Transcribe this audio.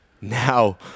Now